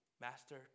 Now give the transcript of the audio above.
Master